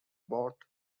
bought